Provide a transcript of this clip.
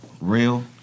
real